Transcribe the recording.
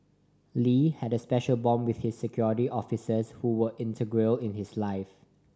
Lee had a special bond with his Security Officers who were integral in his life